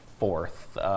fourth